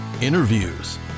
interviews